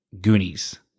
Goonies